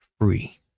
Free